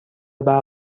برق